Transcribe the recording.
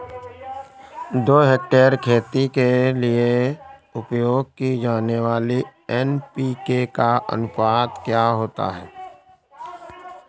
दो हेक्टेयर खेती के लिए उपयोग की जाने वाली एन.पी.के का अनुपात क्या है?